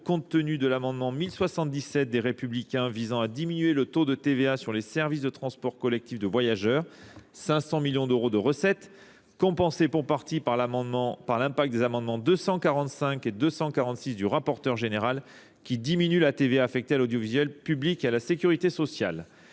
compte tenu de l'amendement 1077 des Républicains visant à diminuer le taux de TVA sur les services de transports collectifs de voyageurs. 500 millions d'euros de recettes compensés pour partie par l'impact des amendements 245 et 246 du rapporteur général qui diminue la TVA affectée à l'audiovisuel, publique et à la sécurité sociale.